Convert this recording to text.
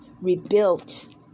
rebuilt